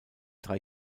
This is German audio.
drei